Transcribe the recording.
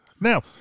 Now